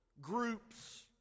groups